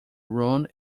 room